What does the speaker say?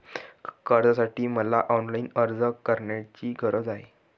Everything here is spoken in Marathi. कर्जासाठी मला ऑनलाईन अर्ज करण्याची गरज आहे का?